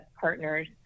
partners